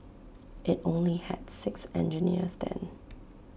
IT only had six engineers then